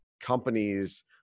companies